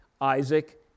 Isaac